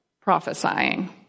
prophesying